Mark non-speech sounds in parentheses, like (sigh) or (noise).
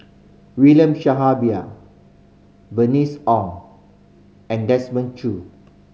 William (unintelligible) Bernice Ong and Desmond Choo